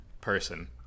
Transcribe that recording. person